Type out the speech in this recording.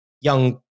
young